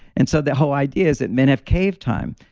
and so, that whole idea is that men have cave time.